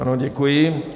Ano, děkuji.